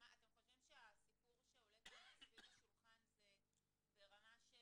אתם חושבים שהסיפור שעולה כאן סביב השולחן זה ברמה של